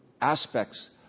aspects